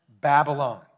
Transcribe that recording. Babylon